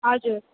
हजुर